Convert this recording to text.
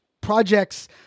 projects